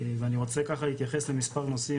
ואני רוצה ככה להתייחס למספר נושאים,